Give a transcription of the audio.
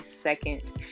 second